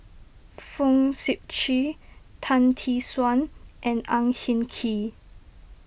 Fong Sip Chee Tan Tee Suan and Ang Hin Kee